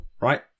right